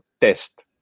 test